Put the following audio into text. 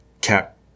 Cap